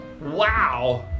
Wow